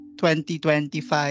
2025